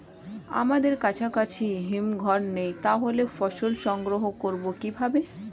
আমাদের কাছাকাছি হিমঘর নেই তাহলে ফসল সংগ্রহ করবো কিভাবে?